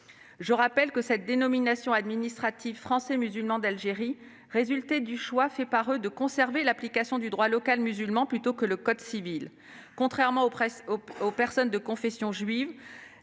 Je rappelle que cette dénomination administrative, « Français musulmans d'Algérie », résultait du choix fait par ceux-ci de se voir applique le droit local musulman plutôt que le code civil. À l'inverse, les personnes de confession juive